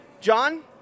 John